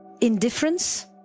Indifference